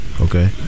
Okay